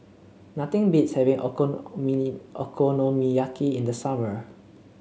nothing beats having Okonomiyaki in the summer